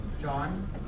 John